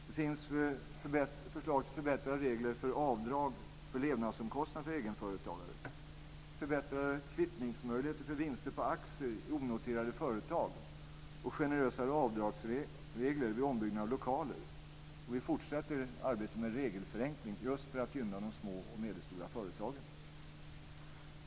Det finns förslag till förbättrade regler för avdrag för levnadsomkostnader för egenföretagare, förbättrade kvittningsmöjligheter för vinster på aktier i onoterade företag och generösare avdragsregler vid ombyggnad av lokaler. Och vi fortsätter arbetet med regelförenklingar just för att gynna de små och medelstora företagen.